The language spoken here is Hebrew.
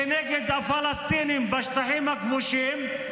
כנגד הפלסטינים בשטחים הכבושים,